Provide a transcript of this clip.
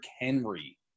Henry